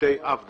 בתי אב נוספים,